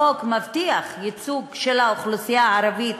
החוק מבטיח ייצוג של האוכלוסייה הערבית,